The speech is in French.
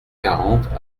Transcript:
quarante